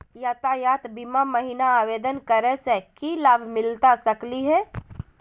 यातायात बीमा महिना आवेदन करै स की लाभ मिलता सकली हे?